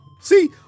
See